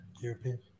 European